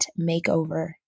Makeover